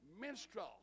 minstrel